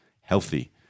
healthy